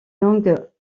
langues